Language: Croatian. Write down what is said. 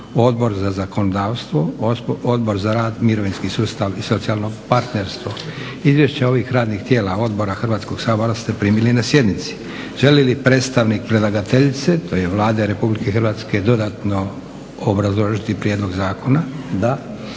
Odbor za zakonodavstvo, Odbor za rad, mirovinski sustav i socijalno partnerstvo. Izvješća ovih radnih tijela, odbora Hrvatskog sabora ste primili na sjednici. Želi li predstavnik predlagateljice, to je Vlada RH, dodatno obrazložiti prijedlog zakona? Da.